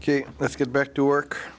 ok let's get back to work